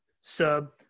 sub